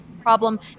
problem